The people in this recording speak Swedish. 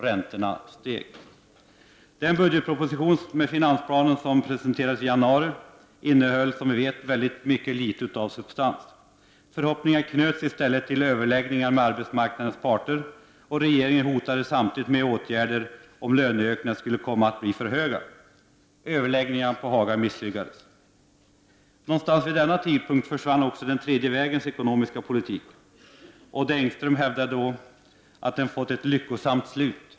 Räntorna steg. Den budgetproposition med finansplan som presenterades i januari innehöll, som vi vet, mycket litet substans. Förhoppningarna knöts i stället till överläggningar med arbetsmarknadens parter, och regeringen hotade samtidigt med åtgärder om löneökningarna skulle komma att bli för höga. Överläggningarna på Haga misslyckades. Någonstans vid denna tidpunkt försvann också den tredje vägens ekonomiska politik. Odd Engström hävdade att den fått ett lyckosamt slut.